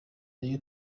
royal